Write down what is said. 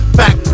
back